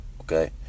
okay